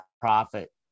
profit